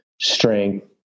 strength